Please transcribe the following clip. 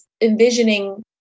envisioning